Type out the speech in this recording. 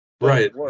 Right